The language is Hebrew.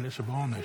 אלה שבעונש.